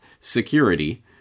security